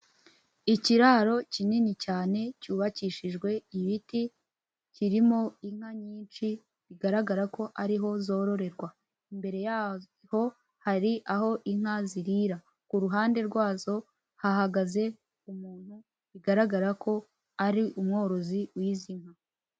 Ikiraro kinini cyane cyubakishijwe ibiti, kirimo inka nyinshi bigaragara ko ariho zororerwa. Imbere yaho hari aho inka zirira, ku ruhande rwazo hahagaze umuntu bigaragara ko ari umworozi w'izi nka.